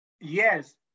yes